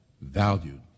valued